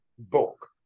book